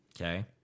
Okay